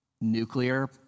nuclear